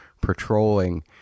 patrolling